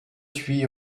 huit